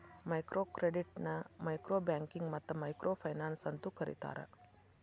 micro ಕ್ರೆಡಿಟ್ನ micro banking ಮತ್ತ micro finance ಅಂತೂ ಕರಿತಾರ